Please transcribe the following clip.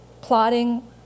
plotting